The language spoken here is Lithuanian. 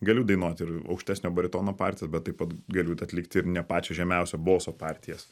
galiu dainuot ir aukštesnio baritono partijas bet taip pat galiu atlikti ir ne pačio žemiausio boso partijas